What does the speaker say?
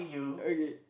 okay